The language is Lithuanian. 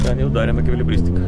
ten jau darėm ekvilibristiką